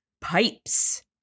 pipes